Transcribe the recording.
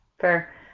Fair